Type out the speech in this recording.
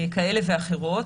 כאלה ואחרות,